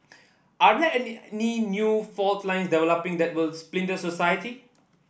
are there new fault lines developing that will splinter society